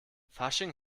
fasching